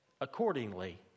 accordingly